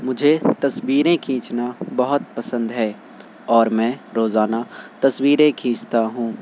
مجھے تصویریں کھینچنا بہت پسند ہے اور میں روزانہ تصویریں کھینچتا ہوں